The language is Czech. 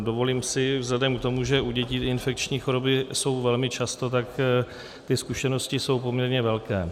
Dovolím si vzhledem k tomu, že u dětí ty infekční choroby jsou velmi často, tak ty zkušenosti jsou poměrně velké.